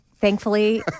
thankfully